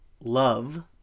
love